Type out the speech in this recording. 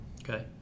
Okay